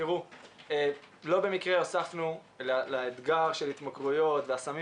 לא במקרה הוספנו לאתגר של התמכרויות והסמים